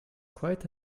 quite